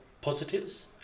positives